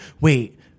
wait